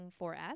4S